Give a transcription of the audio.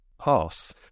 pass